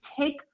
take